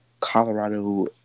Colorado